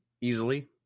Easily